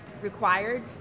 required